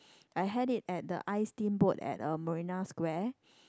I had it at the iSteamboat at uh Marina Square